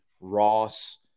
Ross